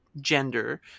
gender